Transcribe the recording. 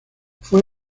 fue